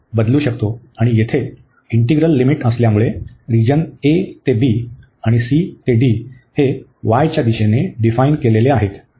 आणि येथे integral limit असल्यामुळे रिजन a ते b आणि c ते d हे y च्या दिशेने डिफाईन केलेले आहेत